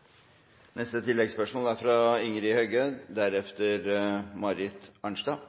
Ingrid Heggø – til oppfølgingsspørsmål.